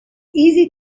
easy